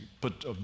put